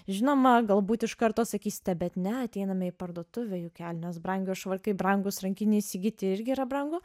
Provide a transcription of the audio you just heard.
žinoma galbūt iš karto sakysite bet ne ateiname į parduotuvę juk kelnės brangios švarkai brangūs rankinę įsigyti irgi yra brangu